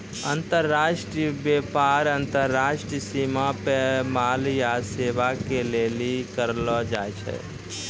अन्तर्राष्ट्रिय व्यापार अन्तर्राष्ट्रिय सीमा पे माल या सेबा के लेली करलो जाय छै